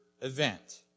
event